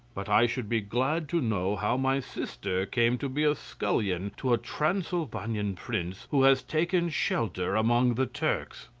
but i should be glad to know how my sister came to be ah scullion to a transylvanian prince who has taken shelter among the turks.